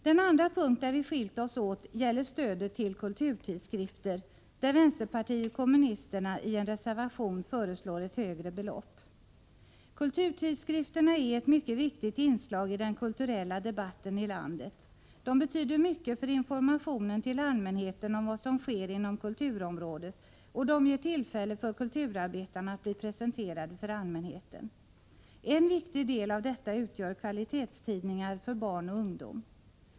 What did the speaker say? Den andra punkt där vi skilt oss åt gäller stödet till kulturtidskrifter. Där föreslår vänsterpartiet kommunisterna i en reservation ett högre belopp. Kulturtidskrifterna är ett mycket viktigt inslag i den kulturella debatten i landet. De betyder mycket för informationen till allmänheten om vad som sker inom kulturområdet och ger tillfälle för kulturarbetarna att bli presenterade för allmänheten. En viktig del utgörs av kvalitetstidningar för barn och ungdom.